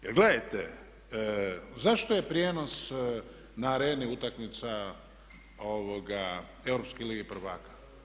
Jer gledajte, zašto je prijenos na Areni utakmica Europske lige prvaka?